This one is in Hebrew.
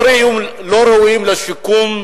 לא ראויים לשיקום?